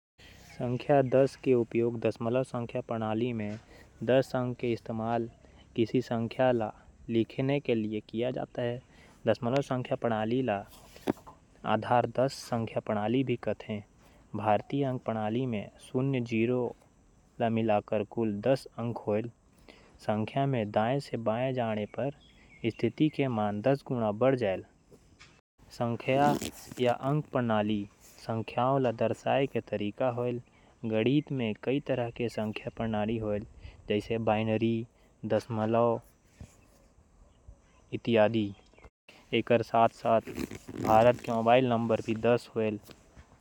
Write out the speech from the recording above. दस नंबर के उपयोग कई अनुप्रयोग म करे जाथे। जइसे दशमलव संख्या प्रणाली मीट्रिक प्रणाली अउ मोबाइल नंबरिंग। दशमलव संख्या प्रणाली दस नंबर म आधारित हे। ए बेवस्था म शून्य ले नौ तक के अंक सामिल हे। दशमलव प्रणाली के उपयोग रोजमर्रा के जिनगी म करे जाथे। दशमलव प्रणाली ल हिन्दू अरबी प्रणाली घलो केहे जाथे।